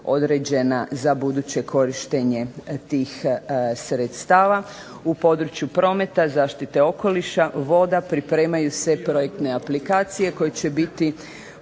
za buduće korištenje tih sredstava. U području prometa, zaštite okoliša, voda, pripremaju se projektne aplikacije koje će biti